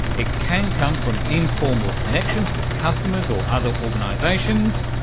it can come from informal connections with customers or other organisations.